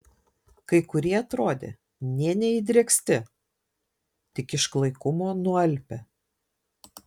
kai kurie atrodė nė neįdrėksti tik iš klaikumo nualpę